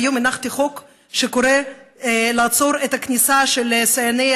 והיום הנחתי הצעת חוק שקוראת לעצור את הכניסה של סייעני